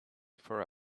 for